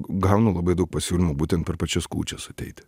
gaunu labai daug pasiūlymų būtent per pačias kūčias ateiti